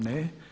Ne.